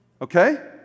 Okay